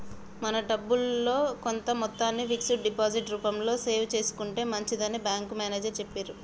మన డబ్బుల్లో కొంత మొత్తాన్ని ఫిక్స్డ్ డిపాజిట్ రూపంలో సేవ్ చేసుకుంటే మంచిదని బ్యాంకు మేనేజరు చెప్పిర్రు